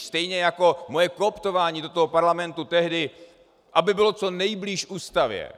Stejně jako moje kooptování do toho parlamentu tehdy, aby bylo co nejblíž ústavě.